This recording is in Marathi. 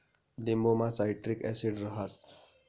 लिंबुमा सायट्रिक ॲसिड रहास